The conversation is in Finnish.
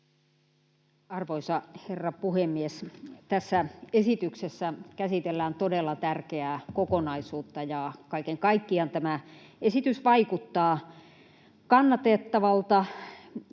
Arvoisa herra puhemies! Tässä esityksessä käsitellään todella tärkeää kokonaisuutta, ja kaiken kaikkiaan tämä esitys vaikuttaa kannatettavalta.